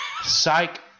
Psych